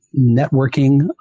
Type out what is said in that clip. networking